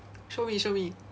show me show me